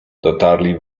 dotarli